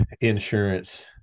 insurance